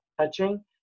touching